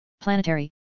planetary